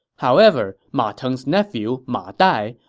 however, ma teng's nephew, ma dai,